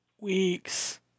weeks